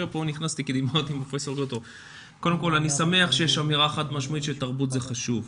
קודם כל אני שמח שיש אמירה חד משמעית שתרבות זה חשוב,